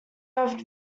have